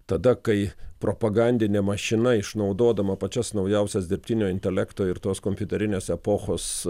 tada kai propagandinė mašina išnaudodama pačias naujausias dirbtinio intelekto ir tos kompiuterinės epochos